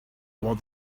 while